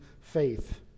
faith